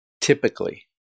Typically